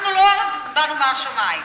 אנחנו לא באנו מהשמים.